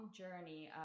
journey